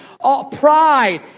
pride